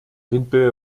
windböe